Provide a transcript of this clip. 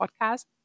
podcast